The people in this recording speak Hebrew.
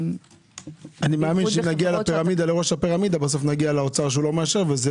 אני מניח שנגיע לראש הפירמידה ונגיע לאוצר שלא מאשר וזה